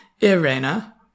Irena